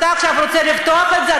אתה עכשיו רוצה לפתוח את זה?